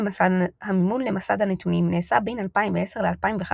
המימון למסד הנתונים נעשה בין 2010 ל-2015